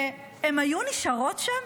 שהן היו נשארות שם?